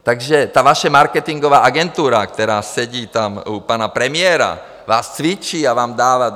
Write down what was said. Takže ta vaše marketingová agentura, která sedí tam u pana premiéra, vás cvičí a vám dává .